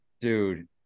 Dude